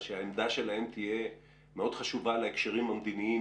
שהעמדה שלהם תהיה מאוד חשובה להקשרים המדיניים,